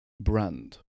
brand